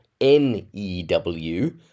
N-E-W